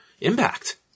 impact